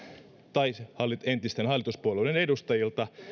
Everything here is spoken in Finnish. tai entisten hallituspuolueiden edustajilta